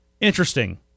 interesting